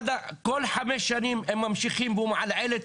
כל חמש שנים הם ממשיכים והוא מעלעל את